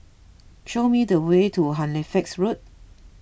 show me the way to Halifax Road